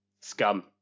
scum